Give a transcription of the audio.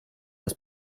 das